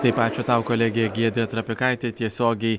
taip ačiū tau kolegė giedrė trapikaitė tiesiogiai